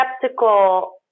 skeptical